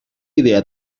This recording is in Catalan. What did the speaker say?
idea